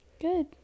Good